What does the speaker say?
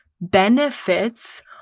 benefits